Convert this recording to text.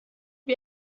wir